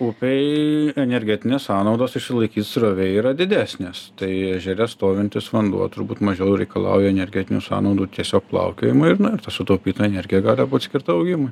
upėj energetinės sąnaudos išsilaikyt srovėj yra didesnės tai ežere stovintis vanduo turbūt mažiau reikalauja energetinių sąnaudų tiesiog plaukiojimui ir na sutaupyta energija gali būt skirta augimui